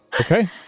Okay